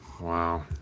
wow